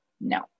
No